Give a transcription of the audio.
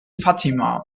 fatima